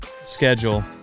schedule